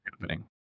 happening